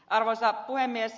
arvoisa puhemies